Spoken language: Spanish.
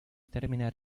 terminar